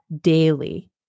daily